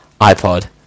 iPod